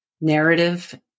narrative